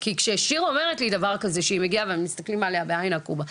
כי כששיר אומרת לי דבר כזה שהיא מגיעה ומסתכלים עליה בעין עקומה,